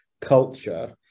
culture